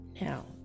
now